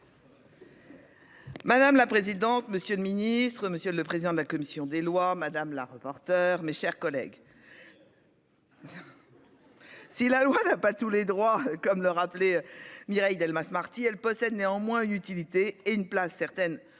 Madame la présidente, monsieur le ministre, monsieur le président de la commission des lois, madame la reporter, mes chers collègues. Si la loi n'a pas tous les droits comme le rappeler, Mireille Delmas-Marty, elle possède néanmoins une utilité et une place certaine